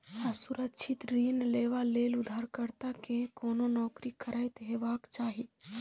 असुरक्षित ऋण लेबा लेल उधारकर्ता कें कोनो नौकरी करैत हेबाक चाही